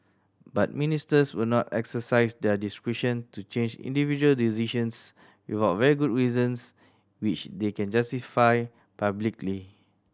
but Ministers will not exercise their discretion to change individual decisions without very good reasons which they can justify publicly